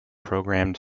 programmed